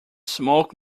smoke